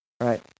right